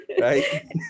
right